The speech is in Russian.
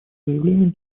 заявлением